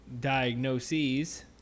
diagnoses